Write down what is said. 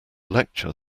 lecture